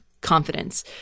confidence